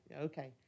okay